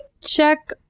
check